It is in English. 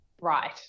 right